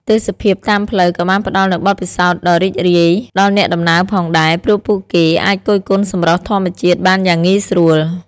ទេសភាពតាមផ្លូវក៏បានផ្តល់នូវបទពិសោធន៍ដ៏រីករាយដល់អ្នកដំណើរផងដែរ ព្រោះពួកគេអាចគយគន់សម្រស់ធម្មជាតិបានយ៉ាងងាយស្រួល។